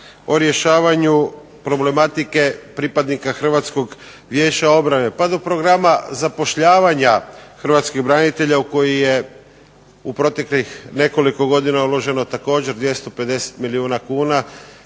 o rješavanju problematike pripadnika Hrvatskog vijeća obrane, pa do programa zapošljavanja hrvatskih branitelja koji je u proteklih nekoliko godina uloženo također 250 milijuna kuna,